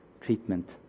treatment